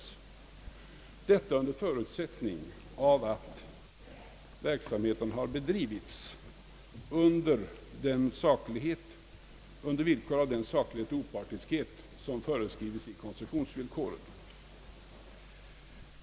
Detta under förutsättning att verksamheten har bedrivits med den saklighet och opartiskhet som föreskrives i koncessionsvillkoren.